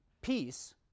peace